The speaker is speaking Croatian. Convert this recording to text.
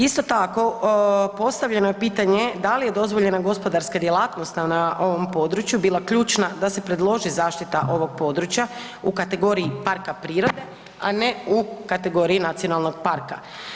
Isto tako postavljeno je pitanje da li je dozvoljena gospodarska djelatnost na ovom području bila ključna da se predloži zaštita ovog područja u kategoriji parka prirode, a ne u kategoriji nacionalnog parka.